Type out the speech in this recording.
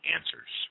Answers